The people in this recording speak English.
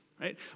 right